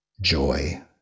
joy